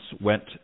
went